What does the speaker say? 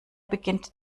beginnt